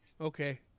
Okay